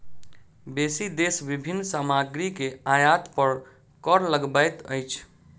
बेसी देश विभिन्न सामग्री के आयात पर कर लगबैत अछि